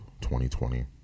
2020